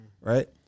right